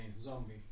zombie